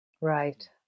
right